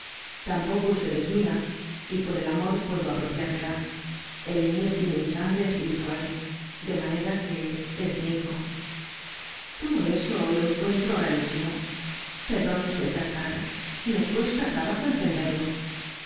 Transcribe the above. tampoco usted es mía y por el amor puedo apropiármela el niño tiene mi sangre espiritual de manera que es mi hijo todo eso lo encuentro rarísimo perdone usted gaspar me cuesta trabajo entenderlo